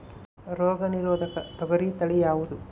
ರೋಗ ನಿರೋಧಕ ತೊಗರಿ ತಳಿ ಯಾವುದು?